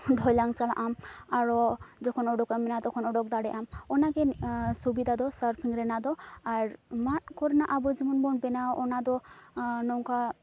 ᱰᱷᱚᱭᱞᱟᱝ ᱪᱟᱞᱟᱜᱟᱢ ᱟᱨᱚ ᱡᱚᱠᱷᱚᱱ ᱚᱰᱚᱠᱚᱜ ᱮᱢ ᱢᱮᱱᱟ ᱛᱚᱠᱷᱚᱱ ᱚᱰᱚᱠ ᱫᱟᱲᱮᱜ ᱟᱢ ᱚᱱᱟ ᱜᱮ ᱥᱩᱵᱤᱫᱟ ᱫᱚ ᱥᱟᱨᱯᱷᱤᱝ ᱨᱮᱱᱟᱜ ᱫᱚ ᱟᱨ ᱢᱟᱫ ᱠᱚᱨᱮᱱᱟᱜ ᱟᱵᱚ ᱡᱮᱢᱚᱱ ᱵᱚᱱ ᱵᱮᱱᱟᱣ ᱚᱱᱟ ᱫᱚ ᱱᱚᱝᱠᱟ